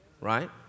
Right